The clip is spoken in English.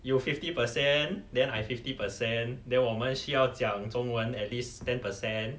you fifty percent then I fifty percent then 我们需要讲中文 at least ten percent